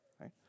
right